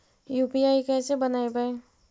UPI कैसे बनइबै?